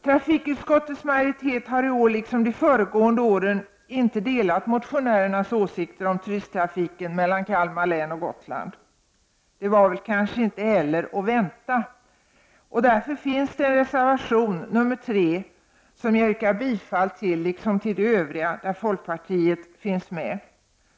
Trafikutskottets majoritet har i år liksom de föregående åren inte delat motionärernas åsikter om turisttrafiken mellan Kalmar län och Gotland. Det var kanske inte heller att vänta. Därför finns en reservation, nr 3, som jag yrkar bifall till, liksom till övriga reservationer där folkpartiet finns med.